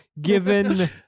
given